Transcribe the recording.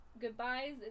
goodbyes